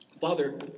Father